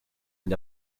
and